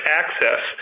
access